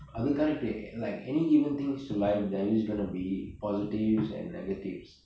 அது:athu correct like any evil things to live there is going to be positives and negatives